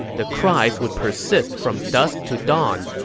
the cries would persist from dusk to dawn.